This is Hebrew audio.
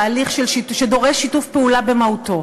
תהליך שדורש שיתוף פעולה במהותו.